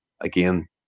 again